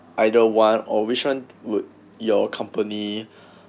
either one or which one would you company